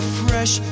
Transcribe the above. fresh